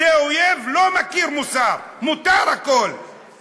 זה אויב, לא מכיר מוסר, מותר הכול.